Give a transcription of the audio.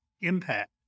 impact